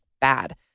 bad